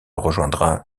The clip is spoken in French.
rejoindra